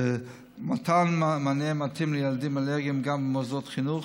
במתן מענה מתאים לילדים אלרגיים גם במוסדות חינוך,